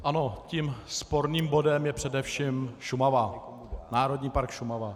Ano, tím sporným bodem je především Šumava, Národní park Šumava.